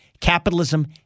Capitalism